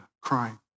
crying